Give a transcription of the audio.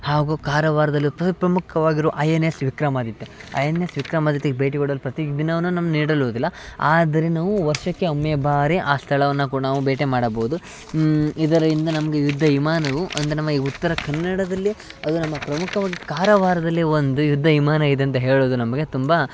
ಹಾಗು ಕಾರವಾರದಲ್ಲಿ ಪ್ರಮುಖವಾಗಿರುವ I N S Vikramaditya I N S ವಿಕ್ರಮಾದಿತ್ಯಗೆ ಭೇಟಿ ಕೊಡಲು ಪ್ರತಿ ದಿನವೂ ನಮ್ಗೆ ನೀಡುವುದಿಲ್ಲ ಆದರೆ ನಾವು ವರ್ಷಕ್ಕೆ ಒಮ್ಮೆ ಬಾರಿ ಆ ಸ್ಥಳವನ್ನು ಕೂಡ ನಾವು ಭೇಟೆ ಮಾಡಬಹುದು ಇದರಿಂದ ನಮ್ಗೆ ಯುದ್ದ ಇಮಾನವು ಅಂದ್ರೆ ನಮ್ಮ ಈ ಉತ್ತರ ಕನ್ನಡದಲ್ಲೆ ಅದು ನಮ್ಮ ಪ್ರಮುಕವಾಗಿ ಕಾರವಾರದಲ್ಲೆ ಒಂದು ಯುದ್ದ ಇಮಾನ ಇದೆ ಅಂತ ಹೇಳುದು ನಮ್ಗೆ ತುಂಬಾ